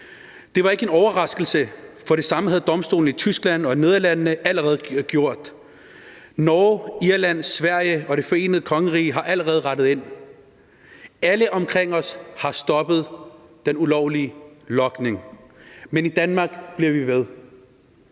Det var ikke en overraskelse, for det samme havde domstolen i Tyskland og i Nederlandene allerede gjort, og Norge, Irland, Sverige og Det Forenede Kongerige har allerede rettet ind. Alle omkring os har stoppet den ulovlige logning, men i Danmark bliver vi ved.